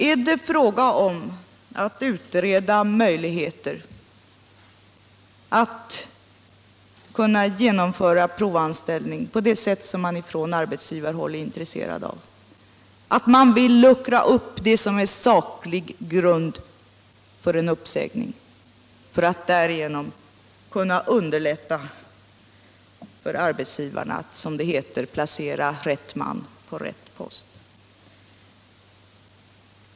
Är det fråga om att utreda möjligheterna att genomföra provanställning på det sätt som man från arbetsgivarhåll är intresserad av, att man vill luckra upp det som är saklig grund för en uppsägning för att därigenom kunna underlätta för arbetsgivarna att som det heter placera rätt man på rätt post?